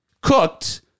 cooked